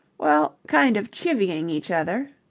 well, kind of chivvying each other.